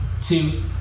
two